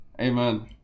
Amen